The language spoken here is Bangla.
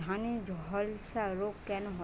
ধানে ঝলসা রোগ কেন হয়?